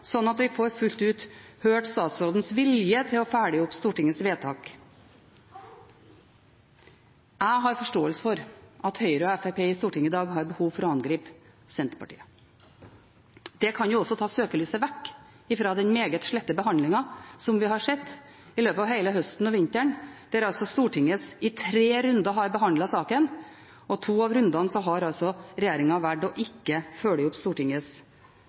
fullt ut får høre statsrådens vilje til å følge opp Stortingets vedtak. Jeg har forståelse for at Høyre og Fremskrittspartiet i Stortinget i dag har behov for å angripe Senterpartiet. Det kan jo ta søkelyset vekk fra den meget slette behandlingen som vi har sett i løpet av hele høsten og vinteren, der Stortinget i tre runder har behandlet saken, og der regjeringen i to av rundene har valgt ikke å følge opp Stortingets